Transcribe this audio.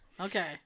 Okay